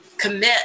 commit